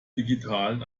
digitalen